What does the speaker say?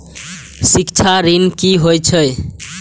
शिक्षा ऋण की होय छै?